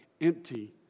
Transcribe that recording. empty